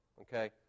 okay